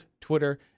Twitter